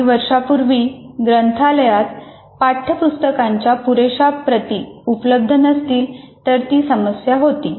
काही वर्षांपूर्वी ग्रंथालयात पाठ्यपुस्तकाच्या पुरेशा प्रती उपलब्ध नसतील तर ती समस्या होती